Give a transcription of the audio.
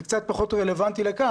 זה קצת פחות רלוונטי לכאן,